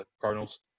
Cardinals